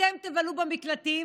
אתם תבלו במקלטים,